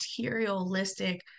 materialistic